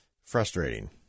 Frustrating